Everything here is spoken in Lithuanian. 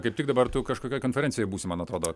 kaip tik dabar tu kažkokioj konferencijoj būsi man atrodo